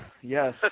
Yes